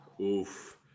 Oof